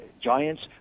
giants